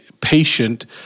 patient